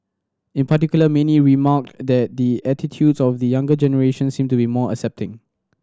in particular many remarked that the attitudes of the younger generation seem to be more accepting